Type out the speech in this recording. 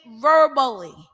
verbally